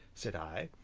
said i,